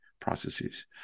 processes